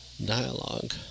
dialogue